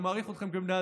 אני מעריך אתכם כבני אדם.